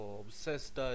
obsessed